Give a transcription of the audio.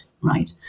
right